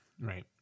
right